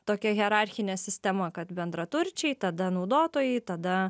tokia hierarchine sistema kad bendraturčiai tada naudotojai tada